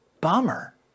Bummer